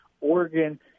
Oregon